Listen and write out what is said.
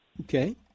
Okay